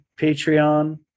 Patreon